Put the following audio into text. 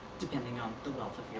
depending on